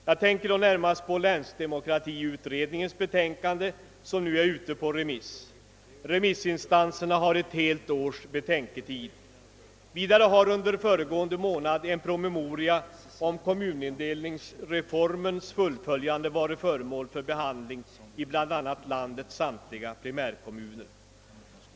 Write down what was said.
Jag tänker då närmast på länsdemokratiutredningens betänkande som nu är ute på remiss. Remissinstanserna har ett helt års betänketid. Vidare har under föregående månad en promemoria om kommunindelningsreformens fullföljande varit föremål för behandling i bl.a. landets samtliga primärkommuner.